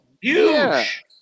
huge